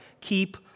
keep